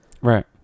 Right